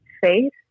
faith